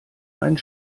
einen